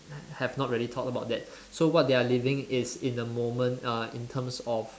have not really thought about that so what they are living is in the moment uh in terms of